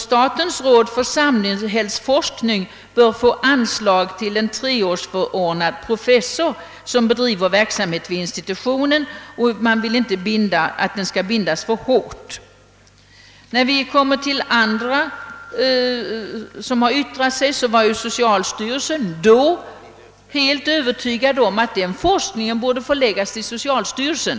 Statens råd för samhällsforskning bör få anslag till en treårsförordnad professor, som bedriver verksamhet i institutionen utan att verksamheten binds för hårt. Bland de övriga, som yttrat sig, var socialstyrelsen helt övertygad om att forskningen borde förläggas till socialstyrelsen.